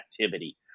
activity